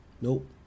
Nope